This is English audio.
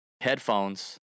headphones